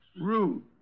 Rude